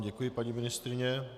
Děkuji, paní ministryně.